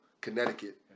Connecticut